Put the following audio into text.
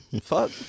Fuck